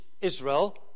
Israel